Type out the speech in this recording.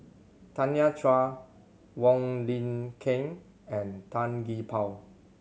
Tanya Chua Wong Lin Ken and Tan Gee Paw